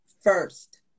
first